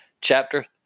chapter